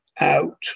out